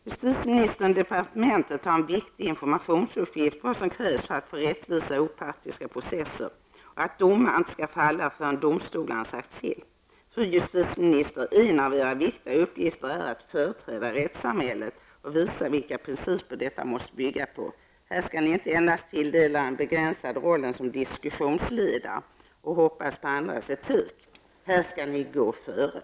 Justitieministern och departementet har en viktig informationsuppgift när det gäller vad som krävs för att få rättvisa och opartiska processer samt att domar inte skall falla förrän domstolarna har sagt sitt. Fru justitieminister, en av era viktigaste uppgifter är att företräda rättssamhället och visa vilka principer detta måste bygga på. Här skall ni inte endast tilldela er den begränsade rollen som diskussionsledare och hoppas på andras etik. Här skall ni gå före.